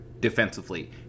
Defensively